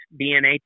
DNA